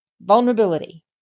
vulnerability